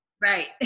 right